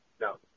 No